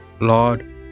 Lord